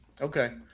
Okay